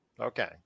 Okay